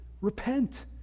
repent